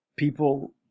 People